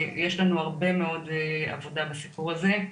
יש לנו הרבה מאוד עבודה בסיפור הזה,